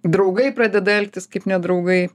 draugai pradeda elgtis kaip nedraugai